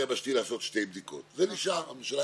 או תגרמו לכך שהרשויות יעשו את זה בצורה יותר טובה ובצורה אחרת,